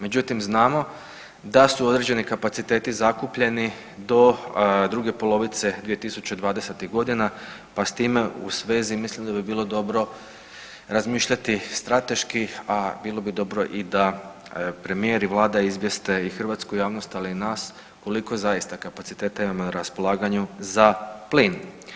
Međutim, znamo da su određeni kapaciteti zakupljeni do druge polovice dvijetisućedvadestih godina pa s time u svezi mislim da bi bilo dobro razmišljati strateški, a bilo bi dobro i da premijer i Vlada izvijeste i hrvatsku javnost, ali i nas koliko zaista kapaciteta imamo na raspolaganju za plin.